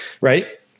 right